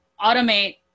automate